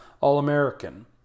All-American